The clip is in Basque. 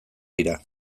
dira